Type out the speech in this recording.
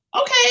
Okay